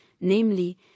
namely